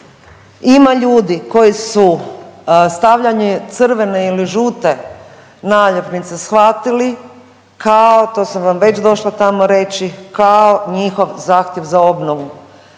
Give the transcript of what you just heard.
Ima ljudi koji su stavljanje crvene ili žute naljepnice shvatili kao to sam vam već došla tamo reći kao njihov zahtjev za obnovu.